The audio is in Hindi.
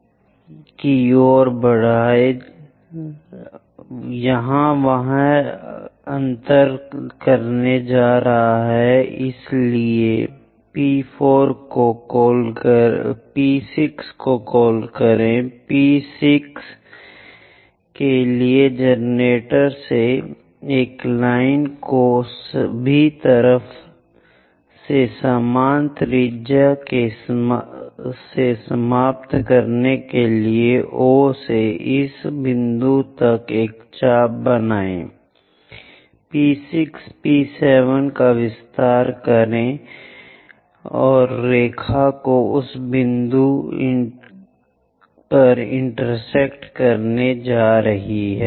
इसी प्रकार बिंदु P5 से इसे नीचे की ओर बढ़ाएं यह वहां पर अंतर करने जा रहा है इसलिए P6 को कॉल करें P6 के लिए जनरेटर से एक लाइन को सभी तरफ से समान त्रिज्या से समाप्त करने के लिए O से इस बिंदु तक एक चाप बनाएं P6 P7 का विस्तार करें रेखा उस बिंदु पर इंटरसेक्ट करने जा रही है